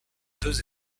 deux